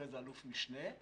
אחרי זה אלוף משנה.